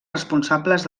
responsables